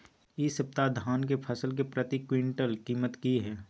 इ सप्ताह धान के फसल के प्रति क्विंटल कीमत की हय?